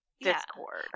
Discord